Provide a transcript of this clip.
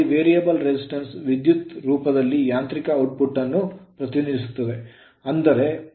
ಇದರಲ್ಲಿ variable resistance ವಿದ್ಯುತ್ ರೂಪದಲ್ಲಿ ಯಾಂತ್ರಿಕ ಔಟ್ಪುಟ್ ಅನ್ನು ಪ್ರತಿನಿಧಿಸುತ್ತದೆ ಅಂದರೆ